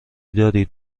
دارید